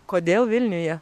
kodėl vilniuje